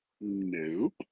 Nope